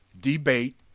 debate